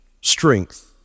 strength